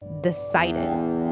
Decided